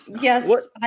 yes